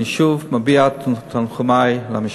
אני שוב מביע את תנחומי למשפחה.